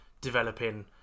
developing